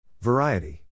Variety